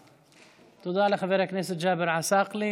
תודה לחבר הכנסת ג'אבר עסאקלה.